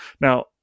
Now